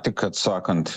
tik atsakant